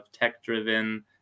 tech-driven